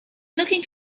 looking